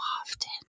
often